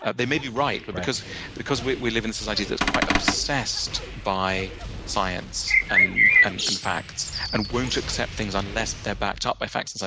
they may be right. but because because we we live in a society that's quite obsessed by science and and and facts, and won't accept things unless they're backed up by facts, so